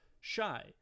shy